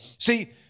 See